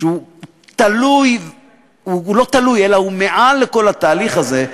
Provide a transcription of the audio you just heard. שהוא מעל לכל התהליך הזה,